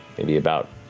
maybe about